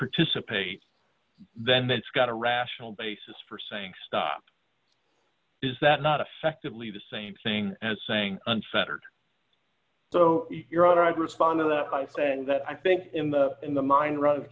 participate then that's got a rational basis for saying stop is that not effectively the same thing as saying unfettered so your honor i'd respond to that by saying that i think in the in the mind run